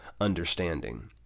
understanding